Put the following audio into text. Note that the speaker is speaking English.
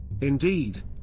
Indeed